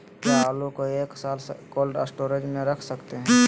क्या आलू को एक साल कोल्ड स्टोरेज में रख सकते हैं?